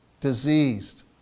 diseased